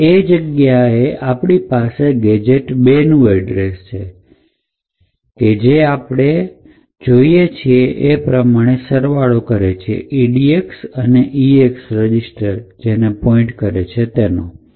હવે એ જગ્યા પર આપણી પાસે ગેજેટ 2 નું એડ્રેસ છે કે જે કે છે આપણે જોઈએ છીએ એ પ્રમાણે સરવાળો કરે છે edx અને eax રજીસ્ટર જેને પોઇન્ટ કરે છે તેનો